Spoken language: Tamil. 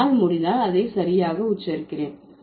என்னால் முடிந்தால் அதை சரியாக உச்சரிக்கிறேன்